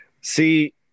See